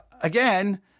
again